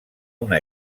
una